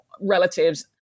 relatives